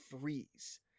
freeze